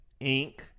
Inc